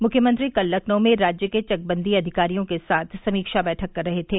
मुख्यमंत्री कल लखनऊ में राज्य के चकबंदी अधिकारियों के साथ समीक्षा बैठक कर रहे थे